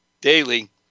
daily